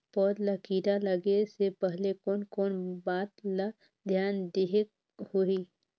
पौध ला कीरा लगे से पहले कोन कोन बात ला धियान देहेक होही?